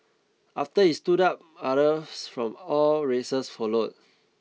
after he stood up others from all races followed